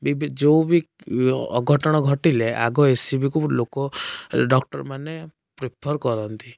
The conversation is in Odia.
ଯେଉଁବି ଅଘଟଣ ଘଟିଲେ ଆଗ ଏସସିବିକୁ ଲୋକ ଡ଼କ୍ଟରମାନେ ପ୍ରିଫର କରନ୍ତି